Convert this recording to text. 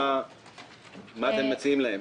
מה אתם מציעים להם?